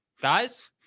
guys